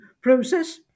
process